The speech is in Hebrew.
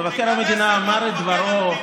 מבקר המדינה אמר את דברו.